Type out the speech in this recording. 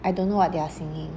I don't know what they're singing